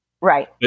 right